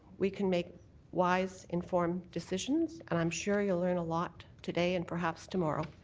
we can make wise, informed decisions and i'm sure you'll learn a lot today and perhaps tomorrow.